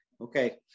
okay